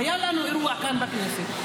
היה לנו אירוע כאן בכנסת,